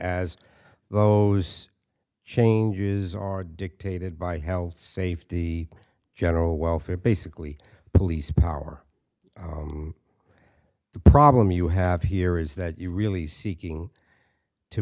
as those changes are dictated by health safety general welfare basically police power the problem you have here is that you really seeking to